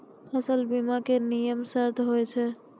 फसल बीमा के की नियम सर्त होय छै?